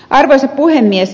arvoisa puhemies